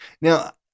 Now